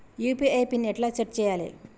UPI pin ఎట్లా set చేయాలే?